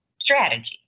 strategy